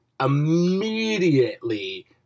immediately